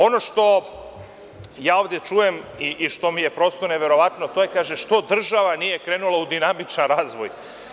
Ono što ovde čujem i što mi je neverovatno, to je, kaže – što država nije krenula u dinamičan razvoj?